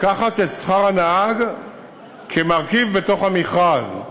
לקחת את שכר הנהג כמרכיב בתוך המכרז.